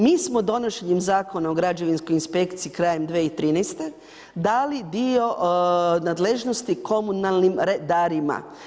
Mi smo donošenjem Zakona o građevinskoj inspekciji krajem 2013. dali dio nadležnosti Komunalnim redarima.